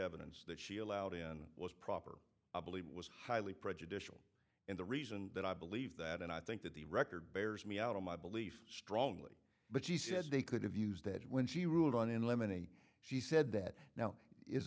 evidence that she allowed in was proper i believe it was highly prejudicial and the reason that i believe that and i think that the record bears me out on my belief strongly but she said they could have used that when she ruled on in lemony she said that now is